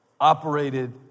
operated